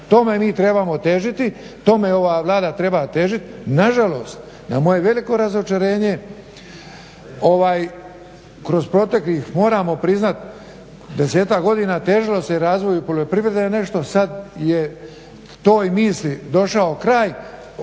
Tome mi trebamo težiti, tome ova Vlada treba težiti. Nažalost, na moje veliko razočarenje ovaj kroz proteklih moramo priznati 10-ak godina težilo se i razvoju poljoprivredne a nešto sad je toj misli došao kraj,